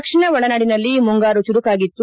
ದಕ್ಷಿಣ ಒಳನಾಡಿನಲ್ಲಿ ಮುಂಗಾರು ಚುರುಕಾಗಿತ್ತು